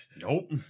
Nope